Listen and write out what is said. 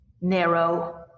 narrow